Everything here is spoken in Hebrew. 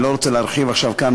אני לא רוצה להרחיב עכשיו כאן,